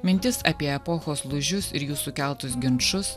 mintis apie epochos lūžius ir jų sukeltus ginčus